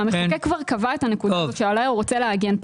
והמחוקק כבר קבע את הנקודה הזאת שעליה הוא רוצה להגן,